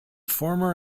former